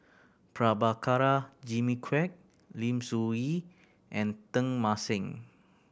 Prabhakara Jimmy Quek Lim Soo Ngee and Teng Mah Seng